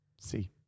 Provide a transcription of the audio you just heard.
See